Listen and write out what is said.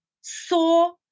saw